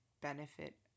benefit